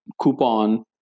coupon